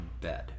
bed